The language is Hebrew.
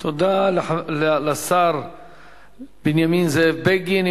תודה לשר בנימין זאב בגין.